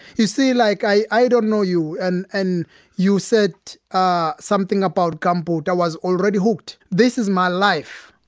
you see, like, i i don't know you. and and you said ah something about gumboot. i was already hooked. this is my life.